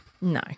No